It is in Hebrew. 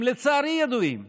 הם לצערי ידועים.